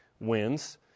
wins